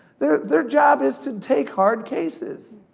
their their job is to and take hard cases.